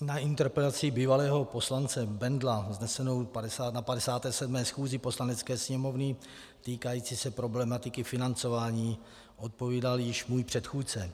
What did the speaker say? Na interpelaci bývalého poslance Bendla vznesenou na 57. schůzi Poslanecké sněmovny, týkající se problematiky financování, odpovídal již můj předchůdce.